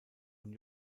und